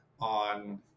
on